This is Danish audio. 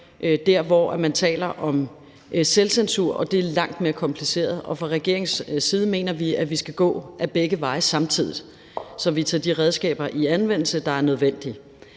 der, hvor man taler om selvcensur, og det er langt mere kompliceret. Fra regeringens side mener vi, at vi skal gå ad begge veje samtidig, sådan at vi tager de redskaber i anvendelse, der er nødvendige.